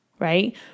Right